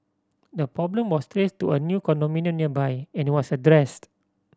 the problem was traced to a new condominium nearby and it was addressed